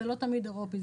זה לא תמיד אירופי.